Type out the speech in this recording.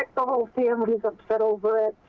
the the whole family is upset over